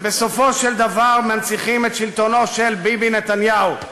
ובסופו של דבר מנציחים את שלטונו של ביבי נתניהו.